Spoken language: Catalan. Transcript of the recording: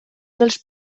dels